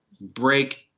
break